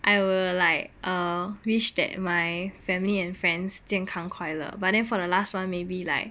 I would like err wish that my family and friends 健康快乐 then for the last one maybe like